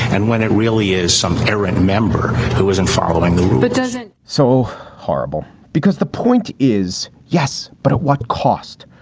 and when it really is some parent member who isn't following but isn't so horrible because the point is yes, but at what cost?